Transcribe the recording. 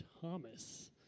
Thomas